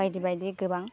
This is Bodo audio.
बायदि बायदि गोबां